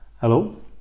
Hello